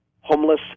homeless